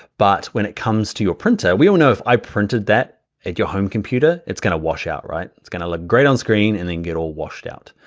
but when it comes to your printer, we all know if i printed that at your home computer, it's gonna wash out, right? it's gonna look great on screen and then get all washed out.